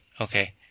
Okay